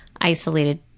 isolated